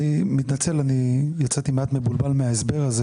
יצאתי מעט מבולבל מההסבר.